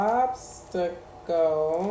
obstacle